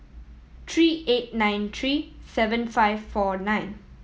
three eight nine three seven five four nine